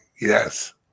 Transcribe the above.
yes